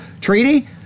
treaty